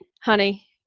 honey